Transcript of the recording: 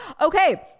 Okay